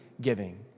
giving